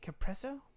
Capresso